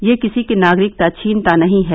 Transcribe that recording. यह किसी की नागरिकता छीनता नहीं है